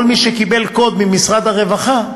כל מי שקיבל קוד ממשרד הרווחה,